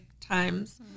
times